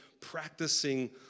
practicing